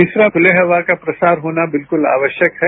तीसरा खुले हवा का प्रसार होना बिल्कुल आवश्यक है